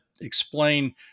explain